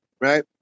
right